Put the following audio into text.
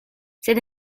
sed